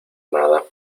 nada